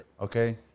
okay